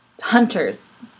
Hunters